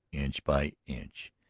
inch by inch,